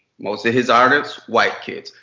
most of his audience, white kids.